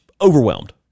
Overwhelmed